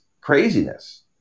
craziness